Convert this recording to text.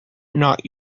not